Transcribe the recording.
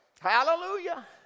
Hallelujah